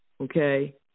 okay